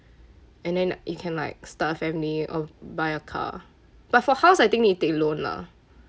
and then you can like start a family or buy a car but for house I think need to take loan lah